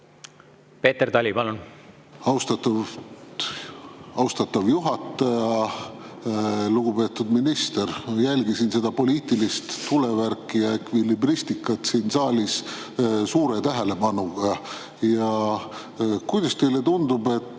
Peeter Tali, palun! Austatav juhataja! Lugupeetud minister! Jälgisin seda poliitilist tulevärki ja ekvilibristikat siin saalis suure tähelepanuga. Kuidas teile tundub,